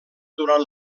durant